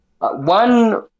one